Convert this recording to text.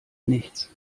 nichts